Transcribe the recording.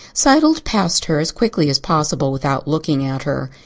sidled past her as quickly as possible without looking at her.